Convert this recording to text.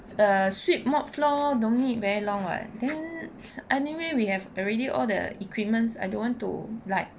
the sweep mop floor don't need very long what then anyway we have already all the equipments I don't want to like